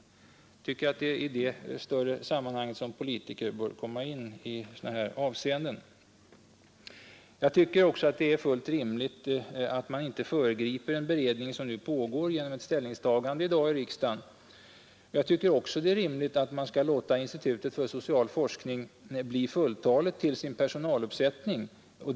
I detta större sammanhang bör politiker komma in. Det är fullt rimligt att inte föregripa en beredning som pågår genom ställningstagande i dag i riksdagen. Det är också rimligt att låta institutet för social forskning bli fulltaligt till sin personaluppsättning.